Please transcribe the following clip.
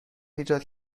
ایجاد